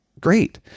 great